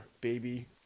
baby